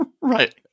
right